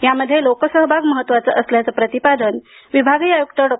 यामध्ये लोकसहभाग महत्त्वाचा असल्याचं प्रतिपादन विभागीय आयुक्त डॉ